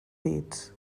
dits